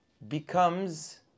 Becomes